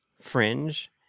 Fringe